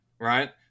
right